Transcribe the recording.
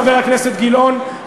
חבר הכנסת גילאון.